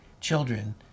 children